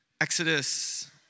Exodus